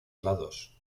lados